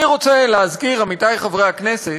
אני רוצה להזכיר, עמיתי חברי הכנסת,